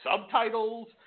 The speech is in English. subtitles